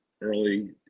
early